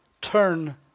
turn